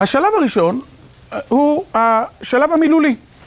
השלב הראשון הוא השלב המילולי.